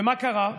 ומה קרה?